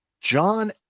John